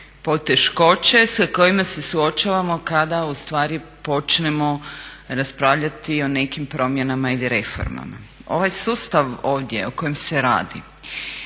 poteškoće sa kojima se suočavamo kada u stvari počnemo raspravljati o nekim promjenama ili reformama. Ovaj sustav ovdje o kojem se radi